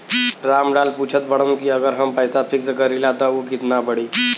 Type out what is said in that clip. राम लाल पूछत बड़न की अगर हम पैसा फिक्स करीला त ऊ कितना बड़ी?